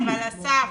אבל אסף,